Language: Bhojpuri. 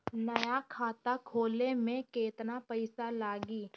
नया खाता खोले मे केतना पईसा लागि?